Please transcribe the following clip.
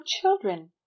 children